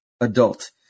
adult